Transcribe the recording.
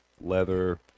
leather